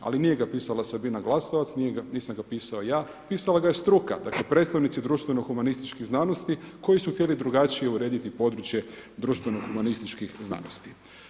Ali nije ga pisala Sabina Glasovac, nisam ga pisao ja, pisala ga je struka, dakle predstojnici društveno humanističkih znanosti koji su htjeli drugačije urediti područje društveno humanističkih znanosti.